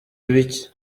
ibiki